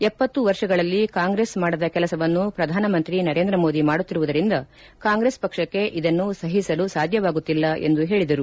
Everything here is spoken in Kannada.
ಎಪ್ಪತ್ತು ವರ್ಷಗಳಲ್ಲಿ ಕಾಂಗ್ರೆಸ್ ಮಾಡದ ಕೆಲಸವನ್ನು ಪ್ರಧಾನಮಂತ್ರಿ ನರೇಂದ್ರ ಮೋದಿ ಮಾಡುತ್ತಿರುವುದರಿಂದ ಕಾಂಗ್ರೆಸ್ ಪಕ್ಷಕ್ಕೆ ಇದನ್ನು ಸಹಿಸಲು ಸಾಧ್ಯವಾಗುತ್ತಿಲ್ಲ ಎಂದು ಹೇಳಿದರು